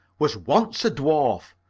was once a dwarf.